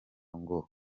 ngo